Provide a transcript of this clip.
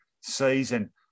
season